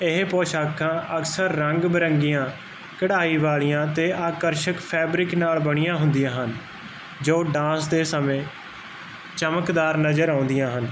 ਇਹ ਪੋਸ਼ਾਕਾਂ ਅਕਸਰ ਰੰਗ ਬਿਰੰਗੀਆਂ ਕੜਾਈ ਵਾਲੀਆਂ ਤੇ ਆਕਰਸ਼ਕ ਫੈਬਰਿਕ ਨਾਲ ਬਣੀਆਂ ਹੁੰਦੀਆਂ ਹਨ ਜੋ ਡਾਂਸ ਦੇ ਸਮੇਂ ਚਮਕਦਾਰ ਨਜ਼ਰ ਆਉਂਦੀਆਂ ਹਨ